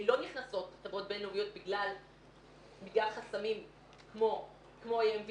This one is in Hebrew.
לא נכנסות חברות בין-לאומיות בגלל חסמים כמו EMV